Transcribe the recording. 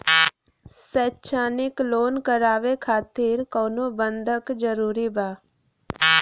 शैक्षणिक लोन करावे खातिर कउनो बंधक जरूरी बा?